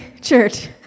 church